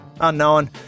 unknown